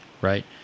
right